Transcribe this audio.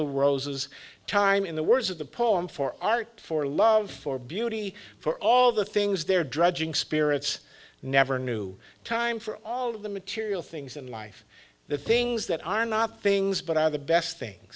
the roses time in the words of the poem for art for love for beauty for all the things they're dredging spirits never new time for all of the material things in life the things that are not things but are the best thing